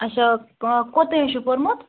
اچھا کوٚتٲنۍ چھُو پوٚرمُت